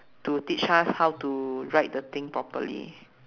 to teach us how to ride the thing properly